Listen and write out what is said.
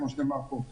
כמו שנאמר פה,